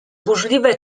burzliwe